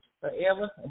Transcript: Forever